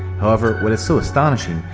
however, what is so astonishing,